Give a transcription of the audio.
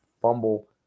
fumble